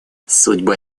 судьбы